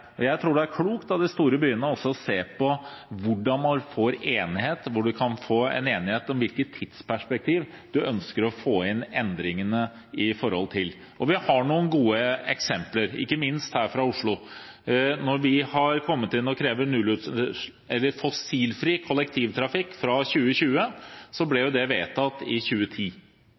Jeg tror det er klokt av de store byene å se på hvordan man kan få enighet om hvilket tidsperspektiv man ønsker for å få inn endringene. Vi har noen gode eksempler, ikke minst fra Oslo. Vi krevde fossilfri kollektivtrafikk fra 2020 – det ble vedtatt i 2010. Man har hatt en tiårsperiode hvor man kunne forberede seg, og det kommer til å bli gjennomført. Det